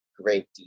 Great